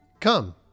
Come